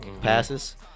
passes